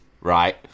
right